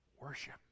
worship